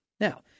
Now